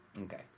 Okay